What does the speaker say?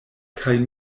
kaj